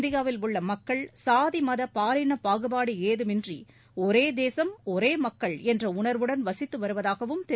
இந்தியாவில் உள்ள மக்கள் சாதி மத பாலின பாகுபாடு ஏதமின்றி ஒரே தேசம் ஒரே மக்கள் என்ற உணர்வுடன் வசித்து வருவதாகவும் திரு